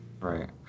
right